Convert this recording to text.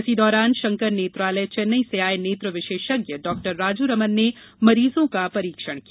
इसी दौरान शंकर नेत्रालय चेन्नई से आये नेत्र विशेषज्ञ डाक्टर राजू रमन ने मरीजों का परीक्षण किया